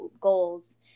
goals